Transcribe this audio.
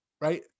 right